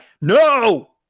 No